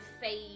fade